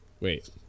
Wait